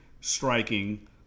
striking